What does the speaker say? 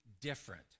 different